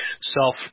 self